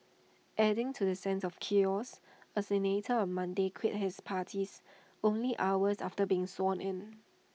adding to the sense of chaos A senator on Monday quit his parties only hours after being sworn in